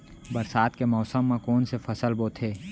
बरसात के मौसम मा कोन से फसल बोथे?